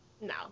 No